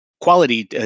quality